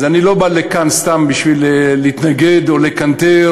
אז אני לא בא לכאן סתם בשביל להתנגד או לקנטר